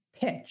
pitch